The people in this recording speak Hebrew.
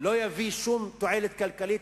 שלא יביא שום תועלת כלכלית.